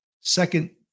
Second